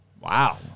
Wow